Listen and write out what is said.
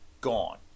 gone